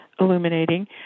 illuminating